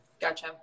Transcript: Gotcha